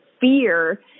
fear